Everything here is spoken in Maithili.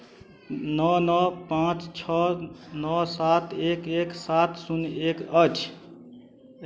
नओ नओ पाँच छओ नओ सात एक एक सात शून्य एक अछि